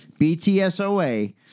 BTSOA